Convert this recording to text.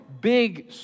big